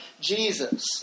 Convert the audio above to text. Jesus